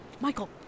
Michael